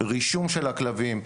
רישום של הכלבים,